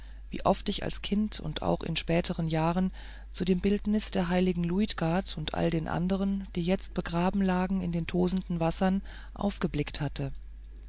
wie oft ich als kind und auch in spätern jahren zu dem bildnis der heiligen luitgard und all den andern die jetzt begraben lagen in den tosenden wassern aufgeblickt hatte